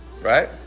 Right